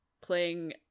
playing